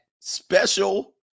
special